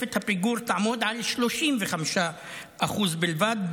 תוספת הפיגור תעמוד על 35% בלבד,